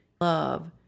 love